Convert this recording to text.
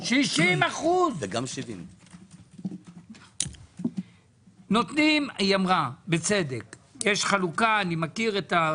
וגם 70. היא אמרה ובצדק יש חלוקה, אני מכיר.